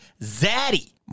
zaddy